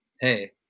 Hey